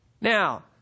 Now